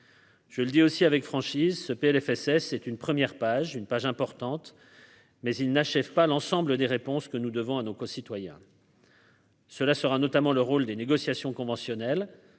Je le dis aussi avec franchise ce PLFSS c'est une première page, une page importante, mais il n'achète pas l'ensemble des réponses que nous devons à nos concitoyens. Cela sera notamment le rôle des négociations conventionnelles